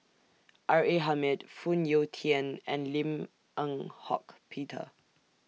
R A Hamid Phoon Yew Tien and Lim Eng Hock Peter